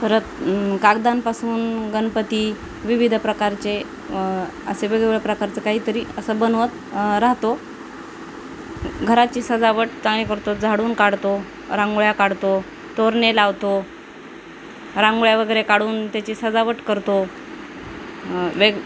परत कागदांपासून गणपती विविध प्रकारचे असे वेगवेगळ्या प्रकारचं काहीतरी असं बनवत राहतो घराची सजावट चांगली करतो झाडून काढतो रांगोळ्या काढतो तोरणे लावतो रांगोळ्या वगैरे काढून त्याची सजावट करतो वेग